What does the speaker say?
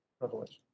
revelation